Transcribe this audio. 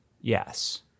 Yes